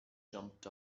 jumped